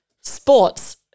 Sports